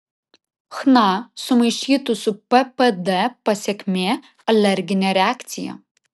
chna sumaišytų su ppd pasekmė alerginė reakcija